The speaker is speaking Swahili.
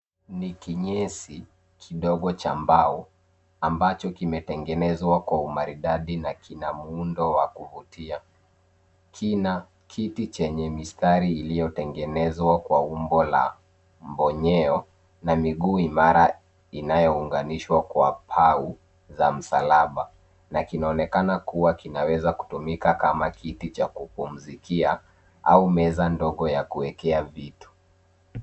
Ni kinyesi kidogo cha mbao ambacho kimetengenezwa kwa umaridadi na kina muundo wa kuvutia. Kina kiti chenye mistari iliyotengenezwa kwa umbo la mbonyeo na miguu imara iliyounganishwa kwa pahi za msalaba, na kinaonekana kuwa kinaweza kutumika kama kiti cha kufundishia au meza ndogo ya kuekea vitu.